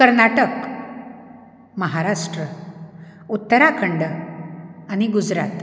कर्नाटक महाराष्ट्र उत्तराखंड आनी गुजरात